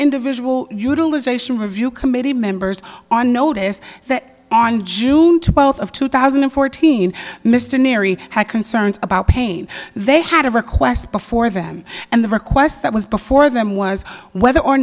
individual utilization review committee members on notice that on june twelfth of two thousand and fourteen mr neary had concerns about pain they had a request before them and the request that was before them was whether or